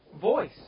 voice